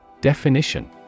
Definition